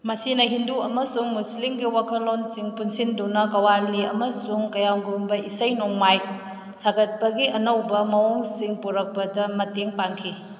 ꯃꯁꯤꯅ ꯍꯤꯟꯗꯨ ꯑꯃꯁꯨꯡ ꯃꯨꯁꯂꯤꯝꯒꯤ ꯋꯥꯈꯜꯂꯣꯟꯁꯤꯡ ꯄꯨꯟꯁꯤꯟꯗꯨꯅ ꯀꯋꯥꯂꯤ ꯑꯃꯁꯨꯡ ꯀꯌꯥꯜꯒꯨꯝꯕ ꯏꯁꯩ ꯅꯣꯡꯃꯥꯏ ꯁꯥꯒꯠꯄꯒꯤ ꯑꯅꯧꯕ ꯃꯑꯣꯡꯁꯤꯡ ꯄꯨꯔꯛꯄꯗ ꯃꯇꯦꯡ ꯄꯥꯡꯈꯤ